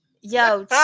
Yo